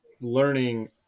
learning